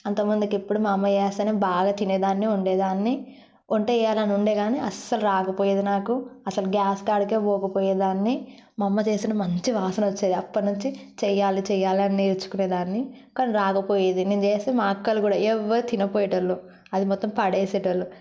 అంతకముందు ఎప్పుడు మా అమ్మ చేస్తేనే బాగా తినేదాన్ని ఉండేదాన్ని వంట చేయాలని ఉండే కానీ అసలు రాకపోయేది నాకు అసలు గ్యాస్ కాడికే పోకపోయేదాన్ని మా అమ్మ చేసిన మంచి వాసన వచ్చేది అక్కటి నుంచి చేయాలి చేయాలని నేర్చుకునే దాన్ని కానీరాకపోయేది నేను చేస్తే మా అక్కలు కూడా ఎవరు తినకపోయే వాళ్ళు అది మొత్తం పడేసే వాళ్ళు